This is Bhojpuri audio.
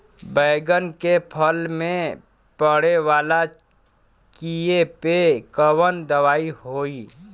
बैगन के फल में पड़े वाला कियेपे कवन दवाई होई?